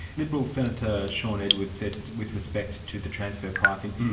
liberal senator sean edwards said with respect to the transfer pricing,